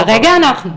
כרגע אנחנו.